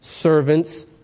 servants